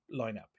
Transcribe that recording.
lineup